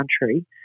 country